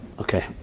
Okay